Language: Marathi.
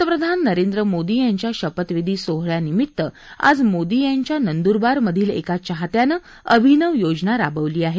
पंतप्रधान नरेंद्र मोदी यांच्या शपथविधी सोहळ्या निमित आज मोदी यांच्या नंदरबार मधील एका चाहत्यांनं अभिनव योजना राबविली आहे